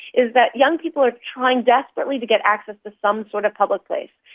is that young people are trying desperately to get access to some sort of public place,